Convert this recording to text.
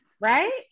Right